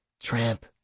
Tramp